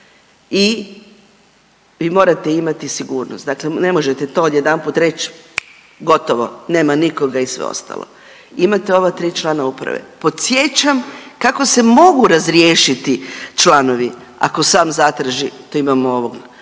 i vi morate imati sigurnost, dakle ne možete to odjedanput reći, gotovo, nema nikoga i sve ostalo. Imate ova 3 člana Uprave. Podsjećam kako se mogu razriješiti članovi ako sam zatraži, to imamo ovog